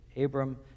Abram